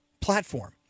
platform